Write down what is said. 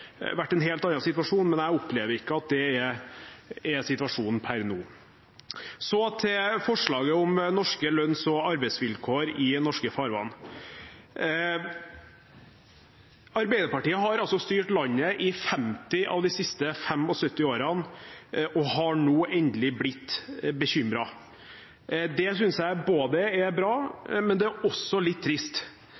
vært en helt annen situasjon, men jeg opplever ikke at det er situasjonen per nå. Så til forslaget om norske lønns- og arbeidsvilkår i norske farvann. Arbeiderpartiet har styrt landet i 50 av de siste 75 årene og har nå endelig blitt bekymret. Det syns jeg er bra,